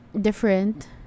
different